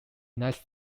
united